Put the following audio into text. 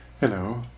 Hello